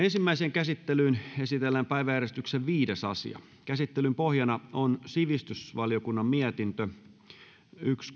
ensimmäiseen käsittelyyn esitellään päiväjärjestyksen viides asia käsittelyn pohjana on sivistysvaliokunnan mietintö yksi